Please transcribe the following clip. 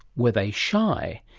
where they shy?